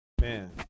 Man